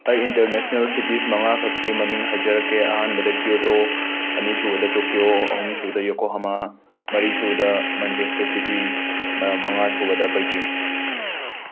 ꯑꯩ international cities ꯃꯉꯥꯈꯛꯀꯤ ꯃꯃꯤꯡ ꯍꯥꯏꯖꯔꯛꯀꯦ ꯑꯍꯥꯟꯕꯗ ꯀ꯭ꯌꯣꯇꯣ ꯑꯅꯤꯁꯨꯕꯗ ꯇꯣꯀ꯭ꯌꯣ ꯑꯍꯨꯝꯁꯨꯕꯗ ꯌꯣꯀꯣꯍꯃꯥ ꯃꯔꯤꯁꯨꯕꯗ ꯃꯟꯆꯦꯁꯇꯔ ꯁꯤꯇꯤ ꯃꯉꯥꯁꯨꯕꯗ ꯕꯩꯖꯤꯡ